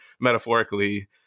metaphorically